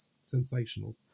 sensational